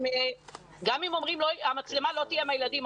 גם אם המצלמה לא תהיה עם הילדים,